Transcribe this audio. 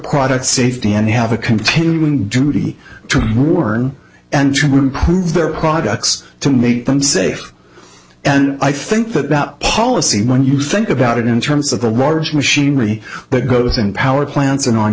product safety and they have a continuing duty to warn and trying to improve their products to make them safe and i think that the policy when you think about it in terms of the large machinery that goes in power plants and on